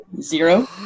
Zero